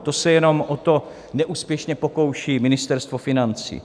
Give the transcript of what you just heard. To se jenom o to neúspěšně pokouší Ministerstvo financí.